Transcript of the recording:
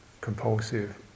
compulsive